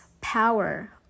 power